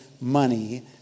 money